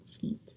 feet